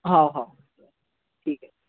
हो हो ठीक आहे